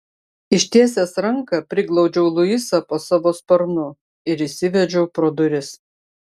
ištiesęs ranką priglaudžiau luisą po savo sparnu ir įsivedžiau pro duris